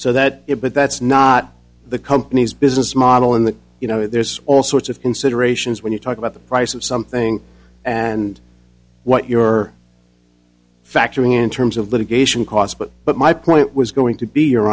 so that it but that's not the company's business model in that you know there's all sorts of considerations when you talk about the price of something and what you're factoring in terms of litigation costs but but my point was going to be your